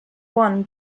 won